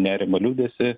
nerimą liūdesį